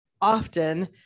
often